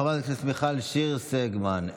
חברת הכנסת מיכל שיר סגמן,